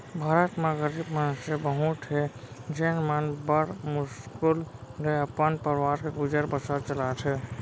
भारत म गरीब मनसे बहुत हें जेन मन बड़ मुस्कुल ले अपन परवार के गुजर बसर चलाथें